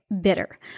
Bitter